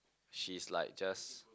she's like just